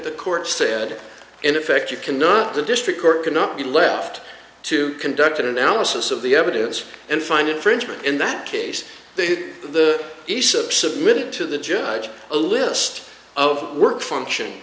the court said in effect you cannot the district court cannot be left to conduct an analysis of the evidence and find infringement in that case the isa submitted to the judge a list of work function